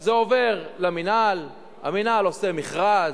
זה עובר למינהל, המינהל עושה מכרז,